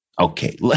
okay